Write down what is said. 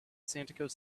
santikos